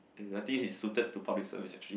and I think he's suited to public service actually